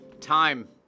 Time